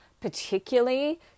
particularly